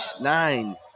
nine